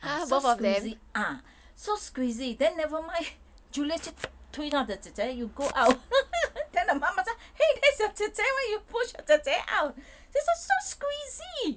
so squeezy ah so squeezy then never mind julius 就 推他的姐姐 you go out then the 妈妈讲 !hey! that's your 姐姐 why you push 姐姐 out this [one] so squeezy